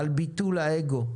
על ביטול האגו,